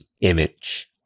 image